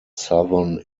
southern